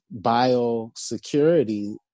biosecurity